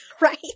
Right